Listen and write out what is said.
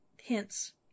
hints